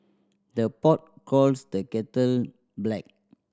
the pot calls the kettle black